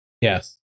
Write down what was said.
Yes